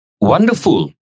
Wonderful